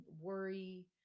worry